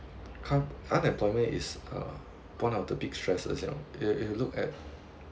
come unemployment is uh one of the big stresses you know you you look at